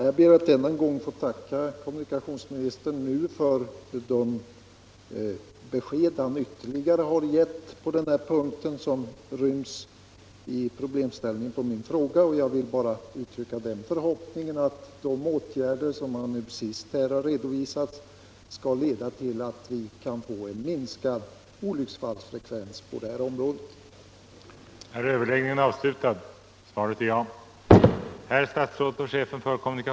Herr talman! Jag ber att få tacka kommunikationsministern för det ytterligare besked han har givit beträffande frågor som hänger samman med det problem som jag har tagit upp. Jag vill uttrycka den förhopp ningen att de åtgärder som kommunikationsministern nu har redovisat — Nr 26 skall leda till att vi får en minskad olycksfallsfrekvens på detta område. Torsdagen den